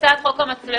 הצעת חוק המצלמות,